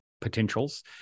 potentials